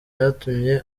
byatumye